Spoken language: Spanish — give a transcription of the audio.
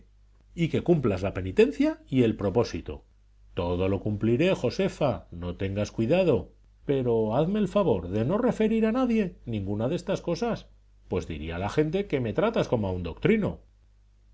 y que cumplas la penitencia y el propósito todo lo cumpliré josefa no tengas cuidado pero hazme el favor de no referir a nadie ninguna de estas cosas pues diría la gente que me tratas como a un doctrino